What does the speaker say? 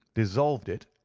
dissolved it,